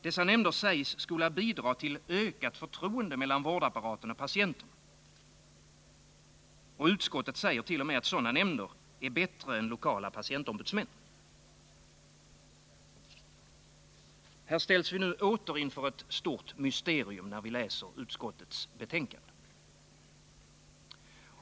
Dessa nämnder sägs skola bidra till ökat förtroende mellan vårdapparaten och patienterna. Utskottet säger t.o.m. att sådana nämnder är bättre än lokala patientombudsmän. Här ställs vi åter inför ett stort mysterium, när vi läser utskottets betänkande.